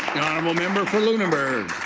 um member for lunenburg.